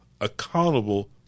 accountable